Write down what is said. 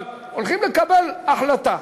אבל הולכים לקבל החלטה,